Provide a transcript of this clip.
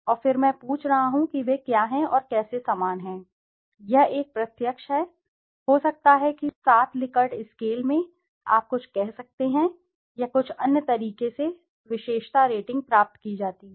और फिर मैं पूछ रहा हूं कि वे क्या और कैसे समान हैं यह एक प्रत्यक्ष है हो सकता है कि 7 लिकर्ट स्केल में आप कुछ कह सकते हैं या कुछ अन्य तरीके से विशेषता रेटिंग प्राप्त की जाती है